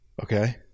okay